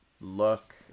look